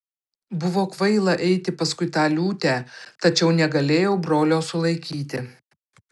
buvo kvaila eiti paskui tą liūtę tačiau negalėjau brolio sulaikyti